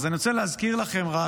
אז אני רוצה להזכיר לכם רק